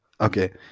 Okay